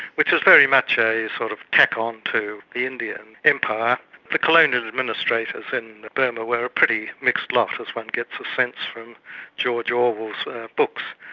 which was very much a sort of tack onto the indian empire the colonial administrators in burma were a pretty mixed lot as one gets a sense of george orwell's books.